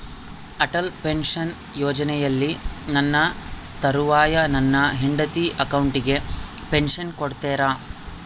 Atal pension ಯೋಜನೆಯಲ್ಲಿ ನನ್ನ ತರುವಾಯ ನನ್ನ ಹೆಂಡತಿ ಅಕೌಂಟಿಗೆ ಪೆನ್ಶನ್ ಕೊಡ್ತೇರಾ?